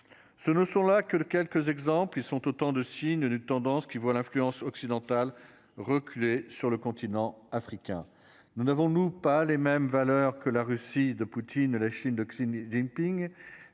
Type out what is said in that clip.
Ce ne sont là que quelques exemples, ils sont autant de signes d'une tendance qui voit l'influence occidentale reculer sur le continent africain. Nous n'avons-nous pas les mêmes valeurs que la Russie de Poutine, la Chine de Xi Jinping,